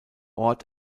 ort